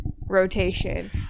rotation